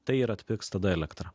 tai ir atpigs tada elektra